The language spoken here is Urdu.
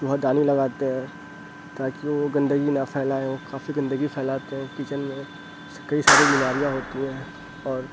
چوہا دانی لگاتے ہیں تاکہ وہ گندگی نہ پھیلائیں وہ کافی گندگی پھیلاتے ہیں کچن میں اس سے کئی ساری بیماریاں ہوتی ہیں اور